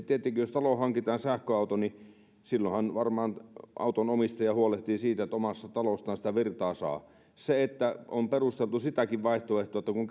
tietenkin jos taloon hankitaan sähköauto niin silloinhan varmaan auton omistaja huolehtii siitä että omasta talostaan sitä virtaa saa on perusteltu sitäkin vaihtoehtoa että kun